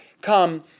come